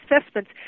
assessments